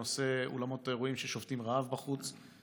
בנושא אולמות האירועים ששובתים רעב בחוץ.